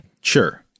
Sure